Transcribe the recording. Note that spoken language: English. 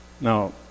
Now